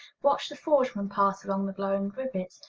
watched the forge-man pass along the glowing rivets,